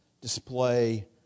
display